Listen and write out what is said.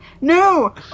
no